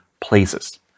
places